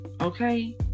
okay